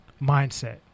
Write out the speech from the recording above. mindset